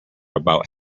about